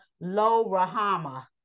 Lo-Rahama